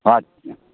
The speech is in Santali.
ᱚᱼᱟᱪᱪᱷᱟ